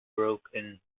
broken